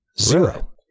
Zero